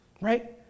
right